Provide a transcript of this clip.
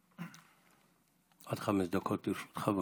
עד חמש דקות לרשותך.